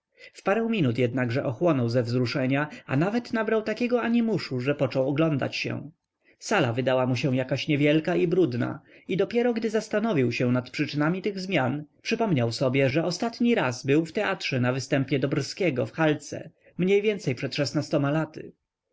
w parę minut jednakże ochłonął ze wzruszenia a nawet nabrał takiego animuszu że począł oglądać się sala wydała mu się jakaś niewielka i brudna i dopiero gdy zastanawiał się nad przyczynami tych zmian przypomniał sobie że ostatni raz był w teatrze na występie dobrskiego w halce mniej więcej przed